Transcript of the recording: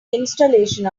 installation